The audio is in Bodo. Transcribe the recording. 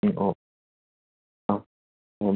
औ औ औ